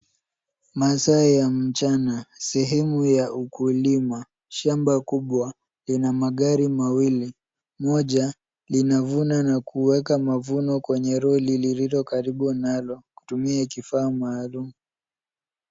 Masaa ya mchana sehemu ya ukulima shamba kubwa lina magari mawili. Moja linavuna na kuweka mavuno kwenye lori lililo karibu nalo. Kutumia kifaa maalum.